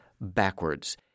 backwards